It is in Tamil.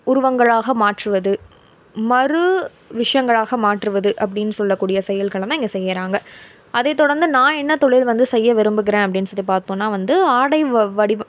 உருவங்களாக மாற்றுவது மறு விஷயங்களாக மாற்றுவது அப்படின் சொல்லக்கூடிய செயல்களும் தான் இங்கே செய்யறாங்க அதை தொடர்ந்து நான் என்ன தொழில் வந்து செய்ய விரும்புகிறேன் அப்படின் சொல்லி பார்த்தோன்னா வந்து ஆடை வ வடிவு